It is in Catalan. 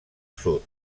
sud